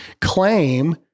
claim